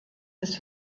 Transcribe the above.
des